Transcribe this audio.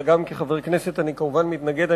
אלא גם כחבר כנסת אני כמובן מתנגד.